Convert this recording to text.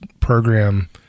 program